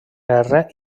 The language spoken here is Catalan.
guerra